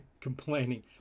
Complaining